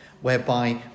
whereby